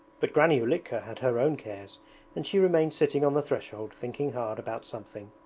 but granny ulitka had her own cares and she remained sitting on the threshold thinking hard about something,